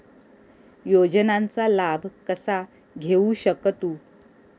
योजनांचा लाभ कसा घेऊ शकतू?